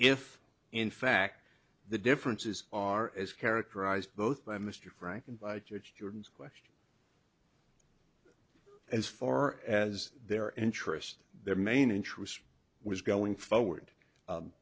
if in fact the differences are as characterized both by mr frank and by church jordan's question as far as their interest their main interest was going forward